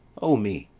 o me!